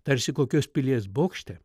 tarsi kokios pilies bokšte